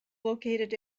located